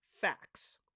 facts